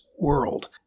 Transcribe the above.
world